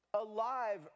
alive